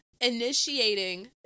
initiating